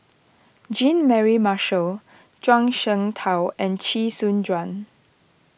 Jean Mary Marshall Zhuang Shengtao and Chee Soon Juan